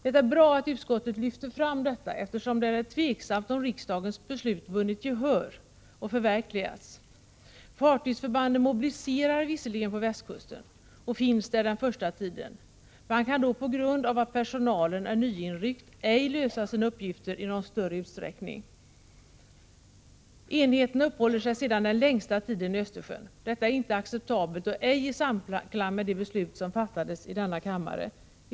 Det är bra att utskottet lyfter fram detta förhållande, eftersom det är osäkert om riksdagens beslut har vunnit gehör och förverkligats. Fartygsförbanden mobiliserar visserligen på västkusten, och de finns där under den första tiden. Men man kan då, på grund av att personalen är nyinryckt, ej lösa sina uppgifter i någon större utsträckning. Enheterna uppehåller sig sedan den längsta tiden i Östersjön. Detta är inte acceptabelt och inte i samklang med det beslut som fattades i riksdagens kammare.